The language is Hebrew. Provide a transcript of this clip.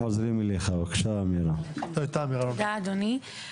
תודה אדוני.